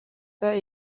pas